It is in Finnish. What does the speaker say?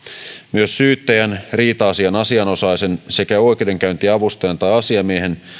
myös syyttäjän riita asian asianosaisen sekä oikeudenkäyntiavustajan tai asiamiehen